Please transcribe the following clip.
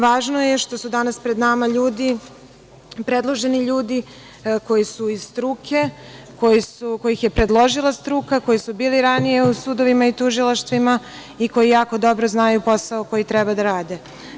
Važno je što su danas pred nama predloženi ljudi koji su iz struke, koje je predložila struka, koji su bili ranije u sudovima i tužilaštvima i koji jako dobro znaju posao koji treba da rade.